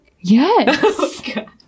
Yes